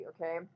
okay